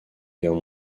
guerre